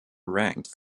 ranked